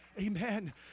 Amen